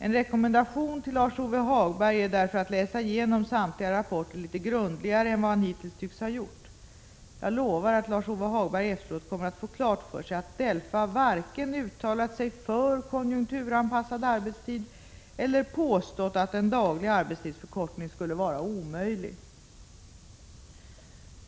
En rekommendation till Lars-Ove Hagberg är därför att läsa igenom samtliga rapporter litet grundligare än vad han hittills tycks ha gjort. Jag lovar att Lars-Ove Hagberg efteråt kommer att få klart för sig att DELFA varken uttalat sig för konjunkturanpassad arbetstid eller påstått att en daglig arbetstidsförkortning skulle vara omöjlig.